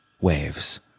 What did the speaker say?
waves